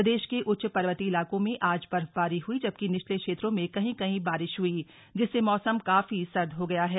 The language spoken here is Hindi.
प्रदेश के उच्च पर्वतीय इलाकों में आज बर्फबारी हुई जबकि निचले क्षेत्रों में कहीं कहीं बारिश हुई जिससे मौसम काफी सर्द हो गया है